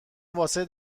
واسه